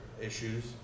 issues